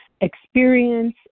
experience